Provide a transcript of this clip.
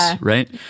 right